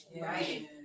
Right